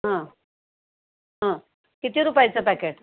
हां हां किती रुपयाचं पॅकेट